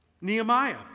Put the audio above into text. Nehemiah